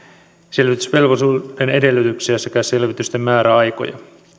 selvitysvelvollisuuden edellytyksiä sekä selvitysten määräaikoja